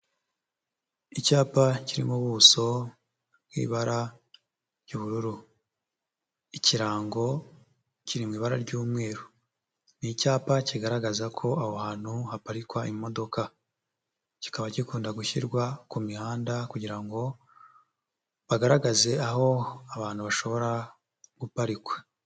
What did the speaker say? Icyapa kiri mu buso nk'ibara ry'ubururu. Ikirango kiri mu ibara ry'umweru. Ni icyapa kigaragaza ko aho hantu haparikwa imodoka. Kikaba gikunda gushyirwa ku mihanda kugira ngo bagaragaze aho abantu bashobora guparikwa.